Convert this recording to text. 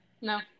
No